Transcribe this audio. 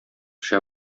төшә